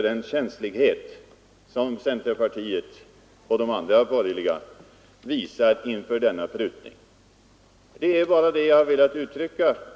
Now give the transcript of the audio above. Den känslighet som centerpartiet och övriga borgerliga partier visar inför denna prutning överraskar mig. Det är bara det jag har velat uttrycka.